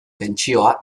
tentsioa